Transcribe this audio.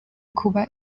kuba